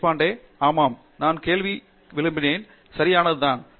தேஷ்பாண்டே ஆமாம் நான் கேள்வி எழுப்பினேன் சரியானதுதான்